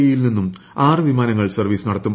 E യിൽ നിന്ന് ആറു വിമാനങ്ങൾ സർവീസ് നടത്തും